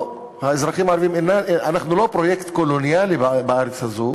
האזרחים הערבים הם לא פרויקט קולוניאלי בארץ הזו,